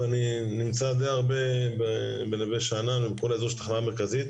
אני נמצא די הרבה בנווה שאנן ובכל האזור של התחנה המרכזית.